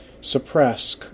suppress